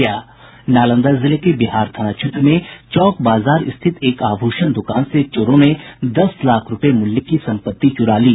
नालंदा जिले के बिहार थाना क्षेत्र में चौक बाजार स्थित एक आभूषण दुकान से चोरों ने दस लाख रूपये मूल्य की संपत्ति चुरा ली